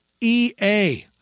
EA